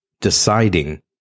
deciding